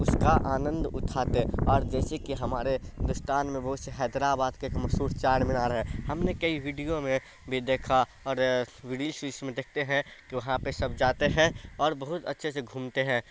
اس کا آنند اٹھاتے اور جیسے کہ ہمارے ہندوستان میں بہت سے حیدرآباد کا ایک مشہور چار مینار ہے ہم نے کئی ویڈیو میں بھی دیکھا اور ریلس ویلس میں دیکھتے ہیں کہ وہاں پہ سب جاتے ہیں اور بہت اچھے سے گھومتے ہیں